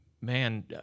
Man